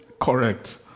correct